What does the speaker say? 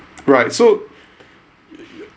right so